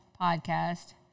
podcast